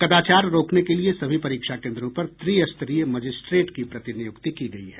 कदाचार रोकने के लिये सभी परीक्षा केन्द्रों पर त्रिस्तरीय मजिस्ट्रेट की प्रतिनियुक्ति की गयी है